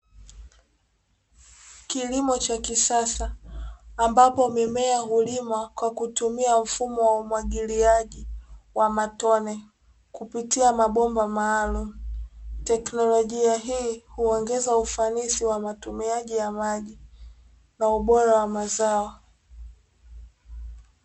Kilimo cha kisasa, ambapo mimea hulimwa kwa kutumia mfumo wa umwagiliaji wa matone, kupitia mabomba maalumu. Teknolojia hii huongeza ufanisi wa utumiaji wa maji, na ubora wa mazao.